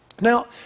Now